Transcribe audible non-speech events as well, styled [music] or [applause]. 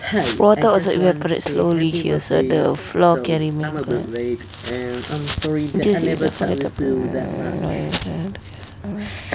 water also evaporate slowly here so the floor can remain quite [noise]